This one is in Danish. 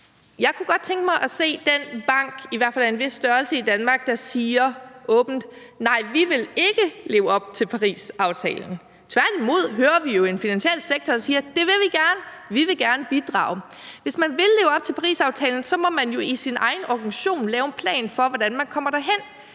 godt kunne tænke mig at se den bank i Danmark – i hvert fald en bank af en vis størrelse – der åbent siger: Nej, vi vil ikke leve op til Parisaftalen. Tværtimod hører vi jo en finansiel sektor, der siger, at det vil man gerne, at man gerne vil bidrage. Hvis man vil leve op til Parisaftalen, må man jo i sin egen organisation lave en plan for, hvordan man kommer derhen.